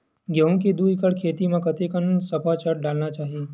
गेहूं के दू एकड़ खेती म कतेकन सफाचट डालना चाहि?